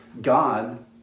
God